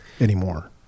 anymore